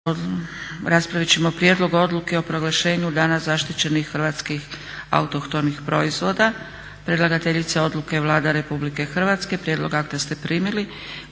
Raspravit ćemo - Prijedlog odluke o proglašenju ″Dana zaštićenih hrvatskih autohtonih proizvoda″ Predlagateljica odluke je Vlada Republike Hrvatske. Prijedlog akta ste primili.